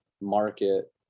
market